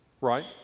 Right